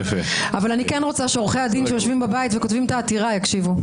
אבל אני כן רוצה שעורכי הדין שיושבים בבית וכותבים את העתירה יקשיבו.